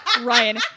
Ryan